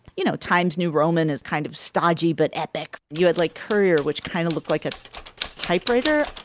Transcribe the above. you know times new roman is kind of stodgy but epic. you had like courier which kind of looked like a typewriter.